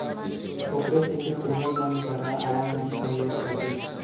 ओखरे सेती तुँहर मन करा आए हन सहयोग खातिर